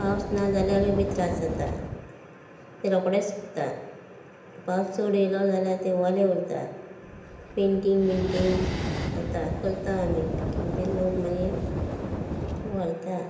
पावस ना जाल्यारूय बी त्रास जाता तें रोखडेंच सुकता पावस चड येलो जाल्यार तें ओलें उरता पैंटिंग बिंटींग जाता करता आमी आनी तें लोक मागीर व्हरता